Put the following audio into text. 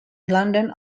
london